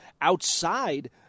outside